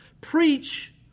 preach